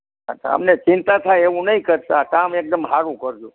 હા તો અમને ચિંતા થાય એવું નહીં કરતાં કામ એકદમ સારું કરજો